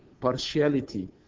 partiality